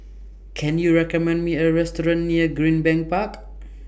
Can YOU recommend Me A Restaurant near Greenbank Park